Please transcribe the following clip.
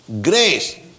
grace